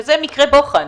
וזה מקרה בוחן,